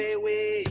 away